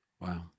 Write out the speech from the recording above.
Wow